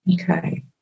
okay